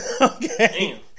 okay